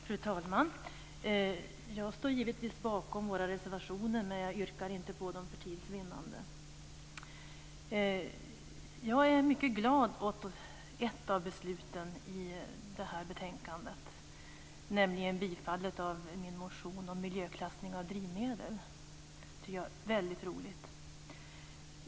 Fru talman! Jag står givetvis bakom våra reservationer, men jag yrkar inte bifall till dem, för tids vinnande. Jag är mycket glad över ett av förslagen i det här betänkandet, nämligen förslaget om bifall till min motion om miljöklassning av drivmedel. Det är väldigt roligt.